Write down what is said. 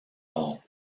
all